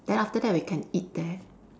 then after that we can eat there